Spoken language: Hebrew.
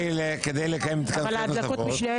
יוקצו למטרה הזו כדי לקיים התכנסויות נוספות.